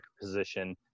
position